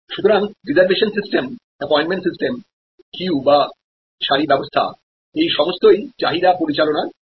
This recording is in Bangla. সুতরাং reservation system appointment system queue ব্যবস্থা এই সমস্ত চাহিদা পরিচালনার উদাহরণ